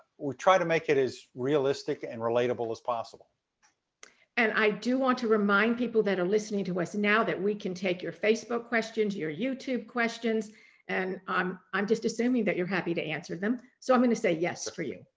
we try to make it as realistic and relatable as possible. ann and i do want to remind people that are listening to us now that we can take your facebook questions, your youtube questions and i'm i'm just assuming that you're happy to answer them. so i'm going to say yes for you.